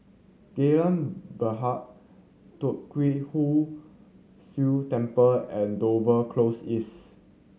Geylang Bahru Tee Kwee Hood Sia Temple and Dover Close East